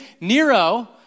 Nero